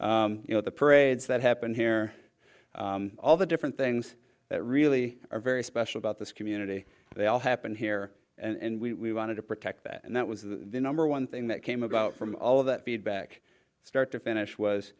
but you know the parades that happen here all the different things that really are very special about this community they all happened here and we wanted to protect that and that was the number one thing that came about from all of that feedback start to finish was